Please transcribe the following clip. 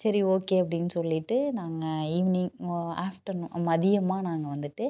சரி ஓகே அப்படின்னு சொல்லிட்டு நாங்கள் ஈவ்னிங் ஆஃப்டர்நூன் மதியமாக நாங்கள் வந்துட்டு